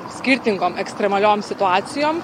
skirtingom ekstremaliom situacijom